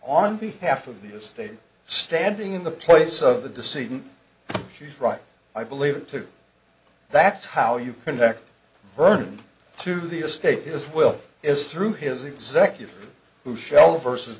on behalf of the state standing in the place of the decision she's right i believe it to that's how you connect her to the estate his will is through his executive who shall v